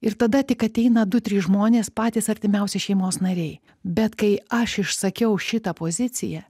ir tada tik ateina du trys žmonės patys artimiausi šeimos nariai bet kai aš išsakiau šitą poziciją